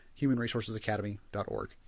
humanresourcesacademy.org